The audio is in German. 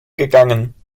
gegangen